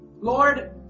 Lord